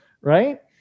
right